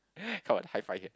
come on high five here